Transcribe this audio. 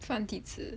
繁体字 [one]